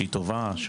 שהיא טובה?